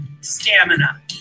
stamina